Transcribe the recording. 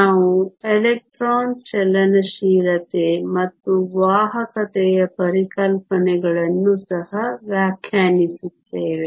ನಾವು ಎಲೆಕ್ಟ್ರಾನ್ ಚಲನಶೀಲತೆ ಮತ್ತು ವಾಹಕತೆಯ ಪರಿಕಲ್ಪನೆಗಳನ್ನು ಸಹ ವ್ಯಾಖ್ಯಾನಿಸುತ್ತೇವೆ